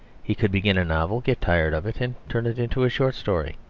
he could begin a novel, get tired of it, and turn it into a short story.